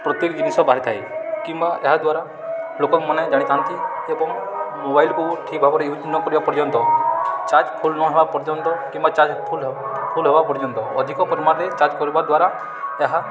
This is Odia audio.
ପ୍ରତ୍ୟେକ ଜିନିଷ ବାହାରିଥାଏ କିମ୍ବା ଏହାଦ୍ୱାରା ଲୋକମାନେ ଜାଣିଥାନ୍ତି ଏବଂ ମୋବାଇଲକୁ ଠିକ୍ ଭାବରେ ୟୁଜ୍ ନ କରିବା ପର୍ଯ୍ୟନ୍ତ ଚାର୍ଜ ଫୁଲ୍ ନ ହେବା ପର୍ଯ୍ୟନ୍ତ କିମ୍ବା ଚାର୍ଜ ଫୁଲ୍ ଫୁଲ ହେବା ପର୍ଯ୍ୟନ୍ତ ଅଧିକ ପରିମାଣରେ ଚାର୍ଜ କରିବା ଦ୍ୱାରା ଏହା